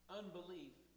unbelief